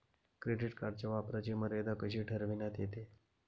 Credit कार्डच्या वापराची मर्यादा कशी ठरविण्यात येते?